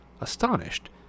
astonished